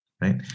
Right